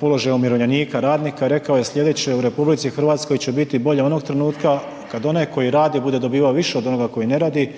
položaja umirovljenika, radnika, rekao je sljedeće, u RH će biti bolje onog trenutka kada onaj koji radi bude dobivao više od onoga koji ne radi